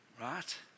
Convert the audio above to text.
right